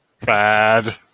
Bad